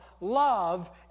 love